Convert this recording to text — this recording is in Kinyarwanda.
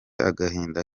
agahinda